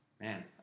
Man